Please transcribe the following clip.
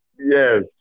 Yes